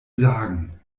sagen